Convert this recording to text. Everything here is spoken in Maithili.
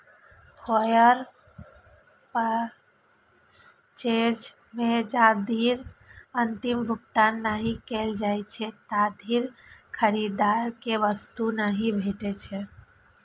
हायर पर्चेज मे जाधरि अंतिम भुगतान नहि कैल जाइ छै, ताधरि खरीदार कें वस्तु नहि भेटै छै